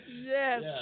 yes